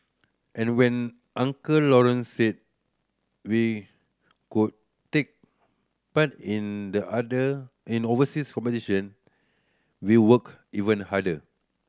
and when Uncle Lawrence said we could take part in the other in overseas competition we worked even harder